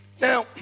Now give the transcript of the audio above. Now